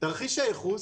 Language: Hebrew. תרחיש הייחוס